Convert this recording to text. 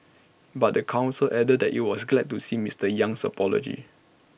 but the Council added that IT was glad to see Mister Yang's apology